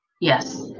Yes